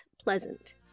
pleasant